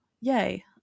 Yay